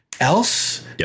else